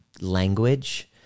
language